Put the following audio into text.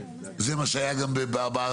זה מה שהיה גם בארנונה,